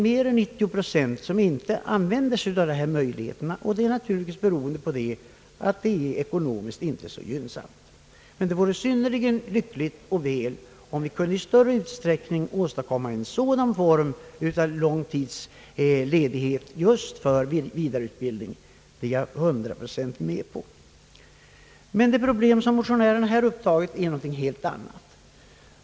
Mer än 90 procent av dem be Sagnar sig inte därav, och det beror naturligtvis på att de med hänsyn till den ekonomiska sidan hesiterat. Men det vore lyckligt om i större utsträckning sådan långtidsledighet för vidareutbildning eller forskning utnyttjades. Det problem, som motionärerna här har tagit upp, är emellertid ett helt annat.